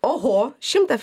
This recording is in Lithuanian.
oho šimtą